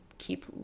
keep